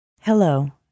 Hello